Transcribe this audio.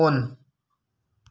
on